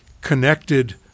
connected